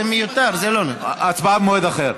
זה מיותר, זה לא, הצבעה במועד אחר.